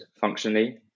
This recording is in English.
functionally